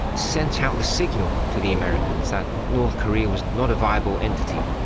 sent out the signal to the americans that north korea was not a viable entity.